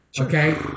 Okay